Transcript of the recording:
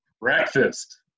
breakfast